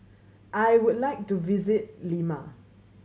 I would like to visit Lima